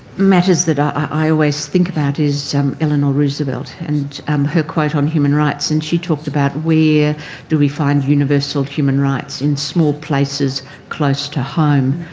matters that i always think about is eleanor roosevelt and um her quote on human rights and she talked about where do we find universal human rights in small places close to home.